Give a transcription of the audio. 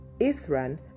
Ithran